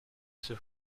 sus